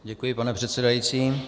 Děkuji, pane předsedající.